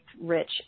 rich